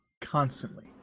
constantly